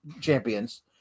champions